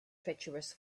treacherous